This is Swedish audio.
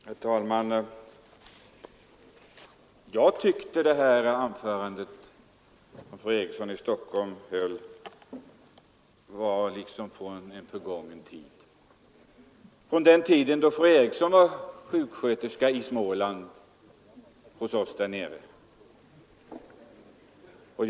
Herr talman! Jag tyckte det anförande fru Eriksson i Stockholm höll var hämtat ur en förgången tid, den tid då fru Eriksson var sjuksköterska hos oss där nere i Småland.